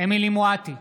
אמילי חיה מואטי,